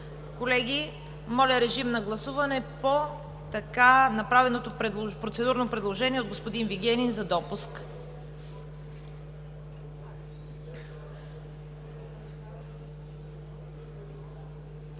Колеги, гласуваме така направеното процедурно предложение от господин Вигенин за допуск.